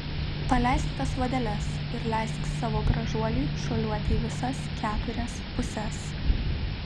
paleisk tas vadeles ir leisk savo gražuoliui šuoliuoti į visas keturias puses